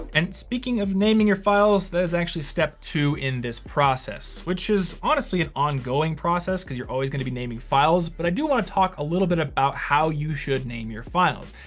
and speaking of naming your files, that is actually step two in this process, which is honestly an ongoing process, cause you're always gonna be naming files. but i do wanna talk a little bit about how you should name your files.